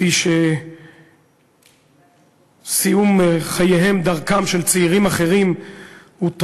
כפי שסיום חייהם ודרכם של צעירים אחרים הוא טרגי.